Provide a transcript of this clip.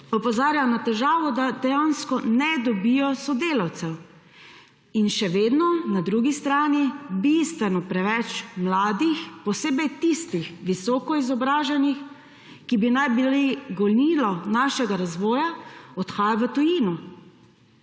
opozarjajo na težavo, da dejansko ne dobijo sodelavcev, in še vedno, na drugi strani, bistveno preveč mladih, posebej visoko izobraženih, ki naj bi bili gonilo našega razvoja, odhaja v tujino.